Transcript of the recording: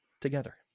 together